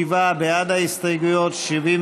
עבד אל חכים חאג' יחיא,